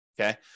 Okay